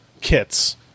kits